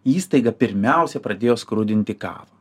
įstaiga pirmiausia pradėjo skrudinti kavą